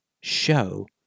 show